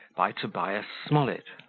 by tobias smollett